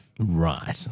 Right